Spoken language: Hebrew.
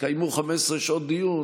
יתקיימו 15 שעות דיון,